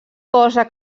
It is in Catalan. cosa